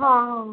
ହଁ ହଁ